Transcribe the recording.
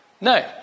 No